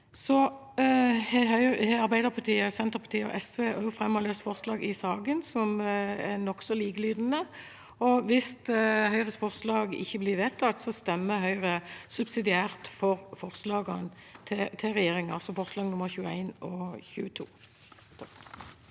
Arbeiderpartiet, Senterpartiet og SV har også fremmet løse forslag i saken som er nokså likelydende. Hvis Høyres forslag ikke blir vedtatt, stemmer Høyre subsidiært for disse forslagene til regjeringen, altså forslagene nr. 21 og 22. Kathy